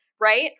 right